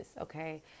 Okay